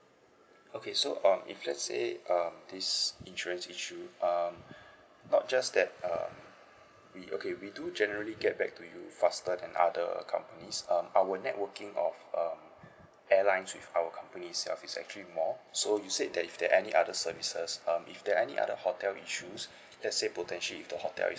okay so um if let's say um this insurance issue um not just that err we okay we do generally get back to you faster than other companies um our networking of um airlines with our company itself is actually more so you said that if there's any other services um if there's any other hotel issues let's say potentially if the hotel